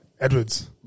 Edwards